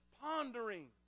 pondering